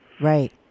Right